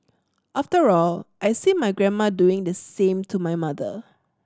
after all I see my grandma doing the same to my mother